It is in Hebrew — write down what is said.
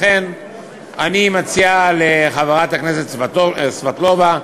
לכן אני מציע לחברת הכנסת סבטלובה,